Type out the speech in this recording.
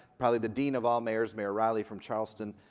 probably the dean of all mayors, mayor riley from charleston,